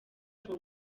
for